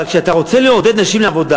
אבל כשאתה רוצה לעודד נשים לעבוד,